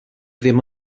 ddim